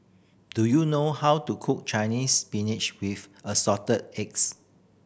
do you know how to cook Chinese Spinach with Assorted Eggs